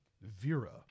Vera